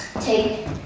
Take